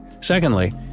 Secondly